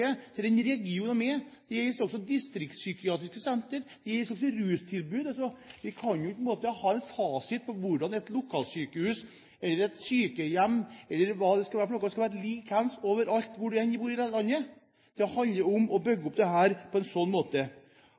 i den regionen. Dette gjelder også distriktspsykiatriske sentre og tilbud om rusbehandling. Vi kan ikke ha som fasit at et lokalsykehus, et sykehjem eller hva det enn kan være, skal ha like tilbud hvor du enn bor i landet. Det handler om å bygge opp dette på en annen måte.